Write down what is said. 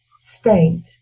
state